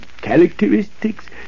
characteristics